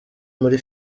muri